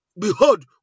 behold